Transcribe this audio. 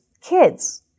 kids